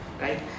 Right